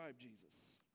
Jesus